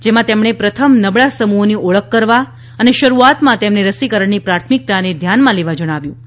જેમાં તેમણે પ્રથમ નબળા સમુહોની ઓળખ કરવા અને શરૂઆતમાં તેમને રસીકરણની પ્રાથમિકતાને ધ્યાનમાં લેવા જણાવ્યું હતું